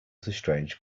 strange